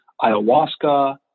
ayahuasca